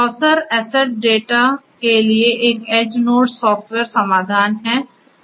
क्रॉसर asset data के लिए एक एड्ज नोड सॉफ्टवेयर समाधान है